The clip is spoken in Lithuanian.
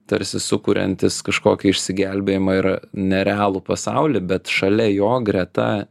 tarsi sukuriantis kažkokį išsigelbėjimą ir nerealų pasaulį bet šalia jo greta